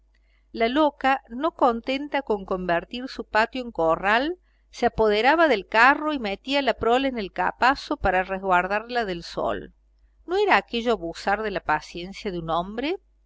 la loca no contenta con convertir su patio en corral se apoderaba del carro y metía la prole en el capazo para resguardarla del sol no era aquello abusar de la paciencia de un hombre